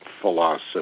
philosophy